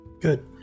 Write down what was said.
good